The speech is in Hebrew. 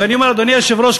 ואני אומר: אדוני היושב-ראש,